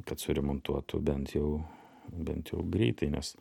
kad suremontuotų bent jau bent jau greitai nes